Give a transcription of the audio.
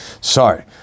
sorry